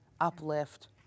uplift